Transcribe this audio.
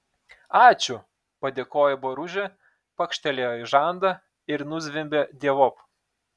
ačiū padėkojo boružė pakštelėjo į žandą ir nuzvimbė dievop